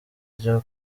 ryo